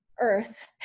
earth